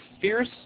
fierce